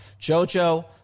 JoJo